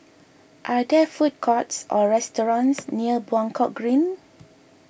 are there food courts or restaurants near Buangkok Green